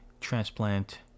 transplant